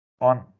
on